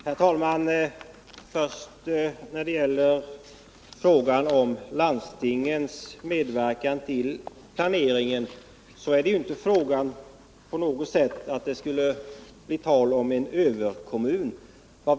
Herr talman! När det gäller landstingens medverkan i planeringen så är det inte på något sätt fråga om att de skulle bli överkommuner.